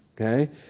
Okay